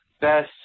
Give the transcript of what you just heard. best